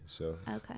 Okay